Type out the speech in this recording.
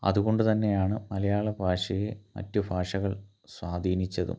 അതുകൊണ്ടു തന്നെയാണ് മലയാള ഭാഷയെ മറ്റു ഭാഷകൾ സ്വാധീനിച്ചതും